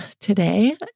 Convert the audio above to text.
today